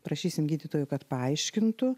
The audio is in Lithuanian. prašysim gydytojų kad paaiškintų